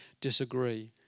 disagree